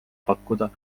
pakkuda